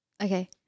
Okay